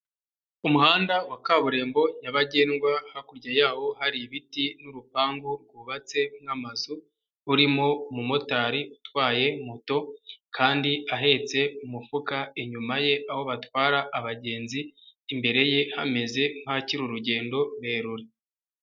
Umuhanda wa kaburimbo nyabagendwa hakurya yawo hari ibiti n'urupangu rwubatse nk'amazu, urimo umumotari utwaye moto kandi ahetse umufuka inyuma ye aho batwara abagenzi, imbere ye hameze nk'ahakiri urugendo rurerure.